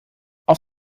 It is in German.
auf